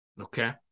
Okay